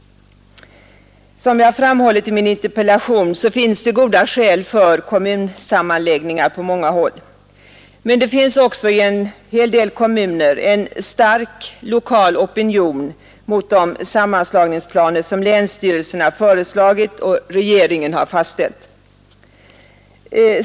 Som jag framhållit i min interpellation finns det goda skäl för kommunsammanläggningar på många håll. Men det finns också i en hel del kommuner en stark lokal opinion mot de sammanslagningsplaner som länsstyrelserna föreslagit och regeringen har fastställt.